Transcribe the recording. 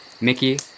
Mickey